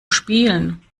spielen